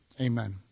Amen